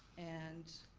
and